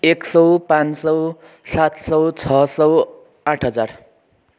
एक सय पाँच सय सात सय छ सय आठ हजार